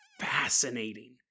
fascinating